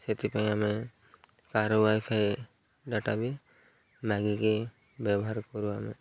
ସେଥିପାଇଁ ଆମେ କାହାର ୱାଇଫାଇ ଡାଟାବି ମାଗିକି ବ୍ୟବହାର କରୁ ଆମେ